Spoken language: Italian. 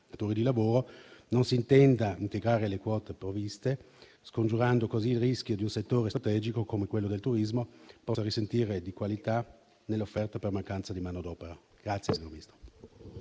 di lavoro, non si intenda integrare le quote previste, scongiurando così il rischio che un settore strategico come quello del turismo possa risentire nella qualità dell'offerta per mancanza di manodopera. Grazie, signora Ministra.